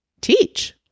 teach